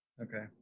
Okay